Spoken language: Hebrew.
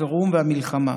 החירום והמלחמה.